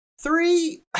Three